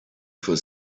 for